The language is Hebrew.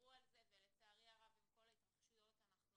דיברו על כך ולצערי הרב, עם כל ההתרחשויות, אנחנו